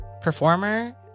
performer